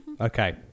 Okay